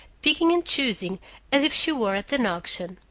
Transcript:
picking and choosing as if she were at an auction.